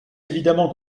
évidemment